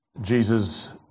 Jesus